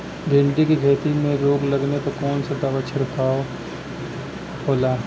भिंडी की खेती में रोग लगने पर कौन दवा के छिड़काव खेला?